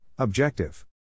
Objective